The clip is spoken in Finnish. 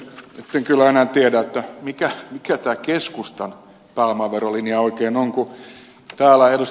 nyt en kyllä enää tiedä mikä tämä keskustan pääomaverolinja oikein on kun täällä ed